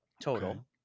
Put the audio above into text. total